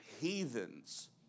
heathens